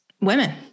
women